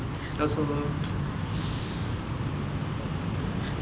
要说